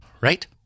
Right